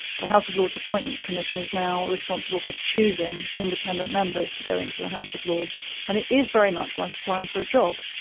the house of lords appointments commission is now responsible for choosing independent members to go into the house of lords and it is very much like applying for a job.